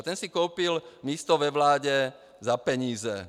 Ten si koupil místo ve vládě za peníze.